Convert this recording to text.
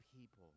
people